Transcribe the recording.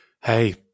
Hey